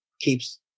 keeps